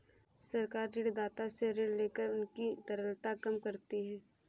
सरकार ऋणदाता से ऋण लेकर उनकी तरलता कम करती है